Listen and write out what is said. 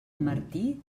martí